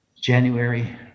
January